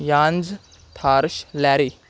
यांज थार्श लॅरी